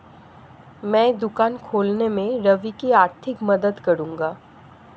मैं दुकान खोलने में रवि की आर्थिक मदद करूंगा